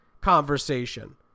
conversation